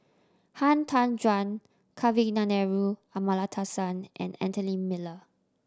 Han Tan Juan Kavignareru Amallathasan and Anthony Miller